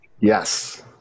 Yes